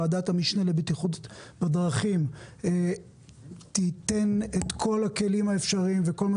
ועדת המשנה לבטיחות בדרכים תיתן את כל הכלים האפשריים וכל מה